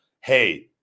hey